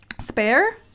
spare